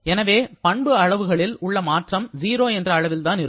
எனவே பண்பு அளவுகளில் உள்ள மாற்றம் 0 என்ற அளவில்தான் இருக்கும்